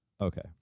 Okay